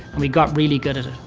we got really good at it.